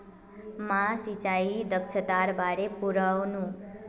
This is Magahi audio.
मी सिंचाई दक्षतार बारे पढ़नु